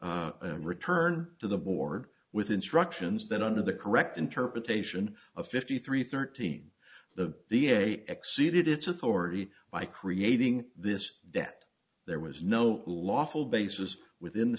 a return to the board with instructions that under the correct interpretation of fifty three thirteen the the a exceeded its authority by creating this that there was no lawful bases within the